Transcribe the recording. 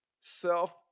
self